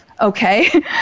Okay